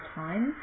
time